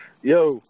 Yo